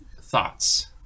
thoughts